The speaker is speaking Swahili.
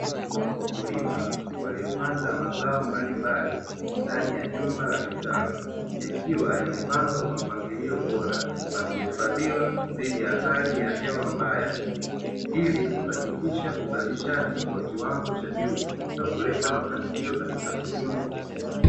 Wakulima waliopanda mazao mbalimbali ndani ya vitaru yakiwa yamepandwa kwa mpangilio Bora na kuhifadhi dhidi ya hali ya hewa ilikuhakiki uzalishaji kwa kiwango chà juu na kuleta mafanikio katika kilimo husika.